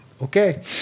okay